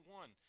one